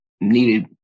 needed